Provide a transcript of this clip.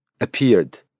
appeared